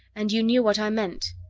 and you knew what i meant.